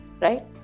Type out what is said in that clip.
Right